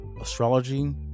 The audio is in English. astrology